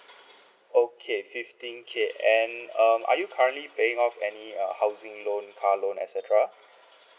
okay fifteen K and um are you currently paying off any uh housing loan car loan et cetera